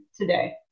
today